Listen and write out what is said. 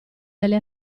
dalle